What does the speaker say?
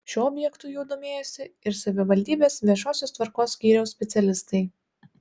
šiuo objektu jau domėjosi ir savivaldybės viešosios tvarkos skyriaus specialistai